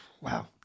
wow